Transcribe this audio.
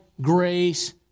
grace